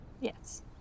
Yes